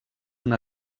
una